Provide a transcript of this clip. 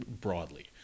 broadly